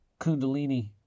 kundalini